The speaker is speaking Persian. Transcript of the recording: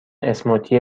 اسموتی